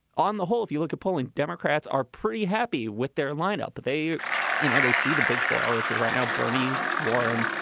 on the whole, if you look at polling, democrats are pretty happy with their lineup they you know, they see the big four, which is right now, bernie warren,